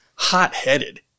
hot-headed